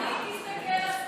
תמיד תסתכל לשמאל.